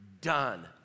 Done